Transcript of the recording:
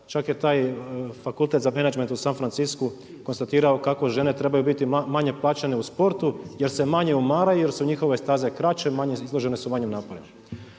čak je taj fakultet za menadžment u San Francisku konstatirao kako žene trebaju biti manje plaćene u sportu jer se manje umaraju, jer su njihove staze kraće, izložene su manjim naporima.